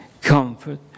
comfort